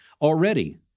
already